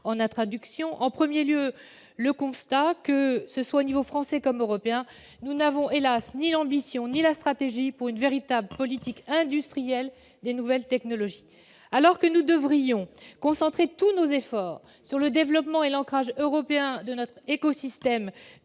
en introduction. On soulignera, avant tout, que, au niveau français comme à l'échelle européenne, nous n'avons, hélas, ni l'ambition ni la stratégie pour une véritable politique industrielle des nouvelles technologies. Alors que nous devrions concentrer tous nos efforts sur le développement et l'ancrage européen de notre écosystème